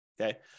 okay